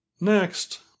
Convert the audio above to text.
Next